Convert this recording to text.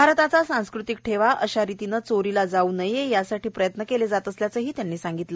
भारताचा सांस्कृतिक ठेवा अशा रितीनं चोरला जाऊ नये यासाठी प्रयत्न केले जात असल्याचं त्यांनी सांगितलं